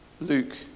Luke